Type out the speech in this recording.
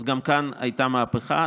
אז גם כאן הייתה מהפכה.